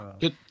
good